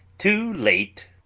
too late.